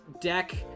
deck